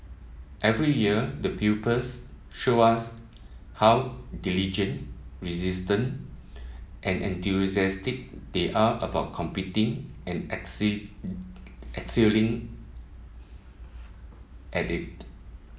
every year the pupils show us how diligent resilient and enthusiastic they are about competing and excelling at it